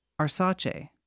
Arsace